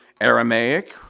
Aramaic